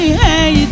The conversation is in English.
hey